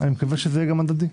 אני מקווה שזה יהיה גם הדדי.